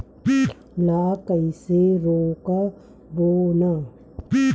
ला कइसे रोक बोन?